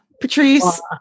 Patrice